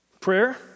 Prayer